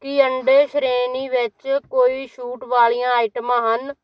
ਕੀ ਅੰਡੇ ਸ਼੍ਰੇਣੀ ਵਿੱਚ ਕੋਈ ਛੂਟ ਵਾਲੀਆਂ ਆਈਟਮਾਂ ਹਨ